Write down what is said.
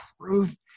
truth